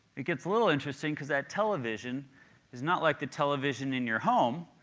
it gets a little interesting because that television is not like the television in your home,